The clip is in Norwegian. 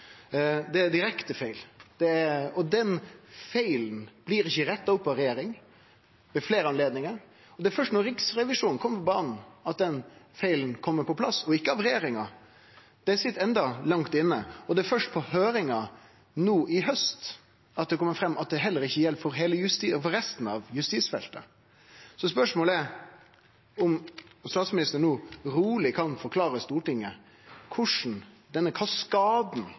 Det er direkte feil. Den feilen blei ikkje retta opp av regjeringa, ved fleire høve. Først då Riksrevisjonen kjem på banen, kjem den feilen fram, og ikkje frå regjeringa – det sit endå langt inne. Først på høyringa no i haust kjem det fram at det heller ikkje gjeld for resten av justisfeltet. Spørsmålet er om statsministeren no roleg kan forklare Stortinget korleis denne